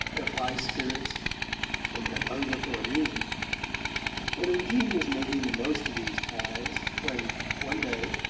their high spirits and their hunger for amusement and undine was making the most of these ties when one day,